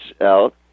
out